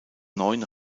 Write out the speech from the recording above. neun